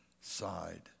side